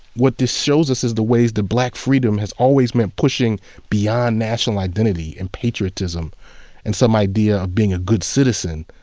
what this shows us is the ways that black freedom has always meant pushing beyond national identity and patriotism and some idea of being a good citizen,